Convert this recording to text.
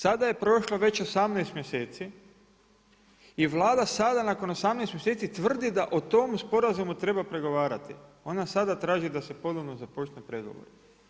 Sada je prošlo već 18 mjeseci i Vlada sada nakon 18 mjeseci tvrdi da o tom sporazumu treba pregovarati, ona sada traži da se ponovno započnu pregovori.